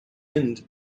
end